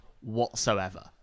whatsoever